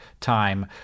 time